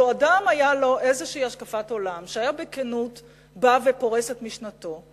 לו אדם היתה לו איזו השקפת עולם שהיה בא ובכנות פורס את משנתו,